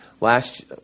last